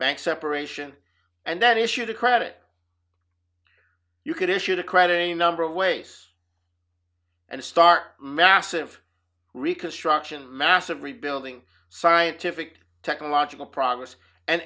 bank separation and then issued a credit you could issued a credit a number of ways and start massive reconstruction massive rebuilding scientific technological progress and